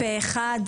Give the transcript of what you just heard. הצבעה בעד,